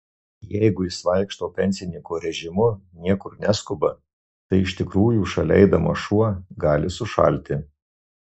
jeigu jis vaikšto pensininko režimu niekur neskuba tai iš tikrųjų šalia eidamas šuo gali sušalti